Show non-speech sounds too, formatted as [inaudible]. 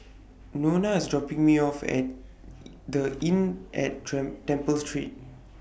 Nona IS dropping Me off At [noise] The Inn At [unintelligible] Temple Street